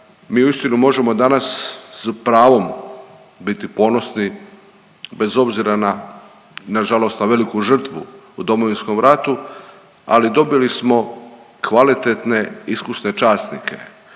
Mi uistinu možemo danas s pravom biti ponosni bez obzira na žalost na veliku žrtvu u Domovinskom ratu, ali dobili smo kvalitetne iskusne časnike